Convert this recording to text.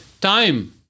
Time